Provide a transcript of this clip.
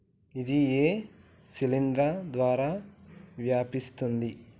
ఇది ఏ శిలింద్రం ద్వారా వ్యాపిస్తది?